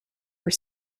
were